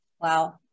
Wow